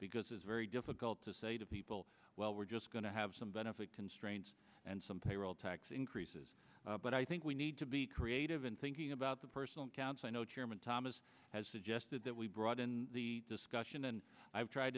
because it's very difficult to say to people well we're just going to have some benefit constraints and some payroll tax increases but i think we need to be creative in thinking about the personal accounts i know chairman thomas has suggested that we broaden the discussion and i've tried